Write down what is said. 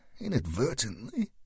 inadvertently